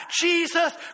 Jesus